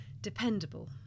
Dependable